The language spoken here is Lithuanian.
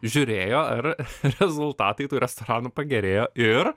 žiūrėjo ar rezultatai tų restoranų pagerėjo ir